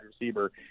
receiver